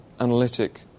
analytic